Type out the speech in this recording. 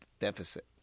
deficit